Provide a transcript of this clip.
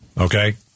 okay